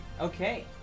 Okay